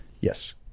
yes